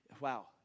Wow